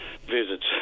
visits